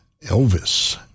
Elvis